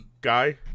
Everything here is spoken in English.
guy